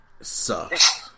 sucks